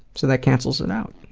so that cancels it out.